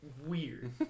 weird